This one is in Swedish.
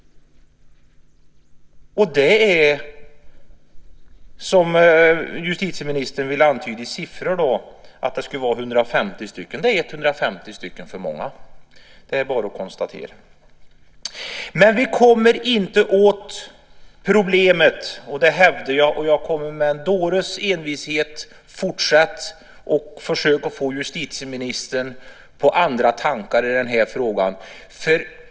Justitieministern antyder i siffror att det skulle vara 150 stycken. Det är 150 för många. Det är bara att konstatera. Men vi kommer inte åt problemet. Det hävdar jag, och jag kommer med en dåres envishet att fortsätta att försöka få justitieministern på andra tankar i den här frågan.